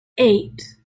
eight